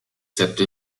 zepter